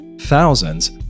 thousands